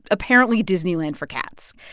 apparently, disneyland for cats.